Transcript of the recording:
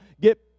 get